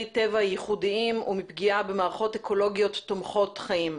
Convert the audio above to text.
טבע ייחודיים ומפגיעה במערכות אקולוגיות תומכות חיים.